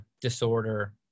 disorder